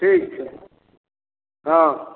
ठीक छै हँ